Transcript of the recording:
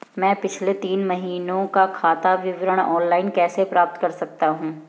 मैं पिछले तीन महीनों का खाता विवरण ऑनलाइन कैसे प्राप्त कर सकता हूं?